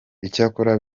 icyakora